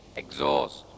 exhaust